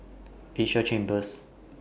Asia Chambers